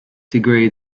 degree